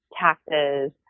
taxes